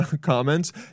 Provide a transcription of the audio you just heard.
Comments